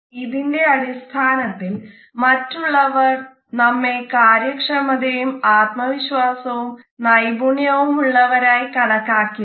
ഇതിന്റെ അടിസ്ഥാനത്തിൽ മറ്റുള്ളവർ നമ്മളെ കാര്യക്ഷമതയും ആത്മവിശ്വാസവും നൈപുണ്യവും ഉള്ളവരായി കണക്കാക്കിയേക്കാം